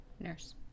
nurse